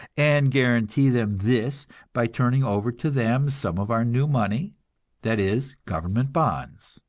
and guarantee them this by turning over to them some of our new money that is, government bonds.